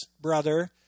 brother